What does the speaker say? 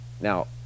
Now